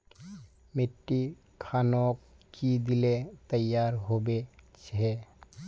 मिट्टी खानोक की दिले तैयार होबे छै?